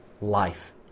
life